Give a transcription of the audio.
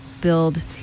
build